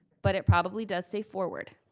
but it probably does say forward.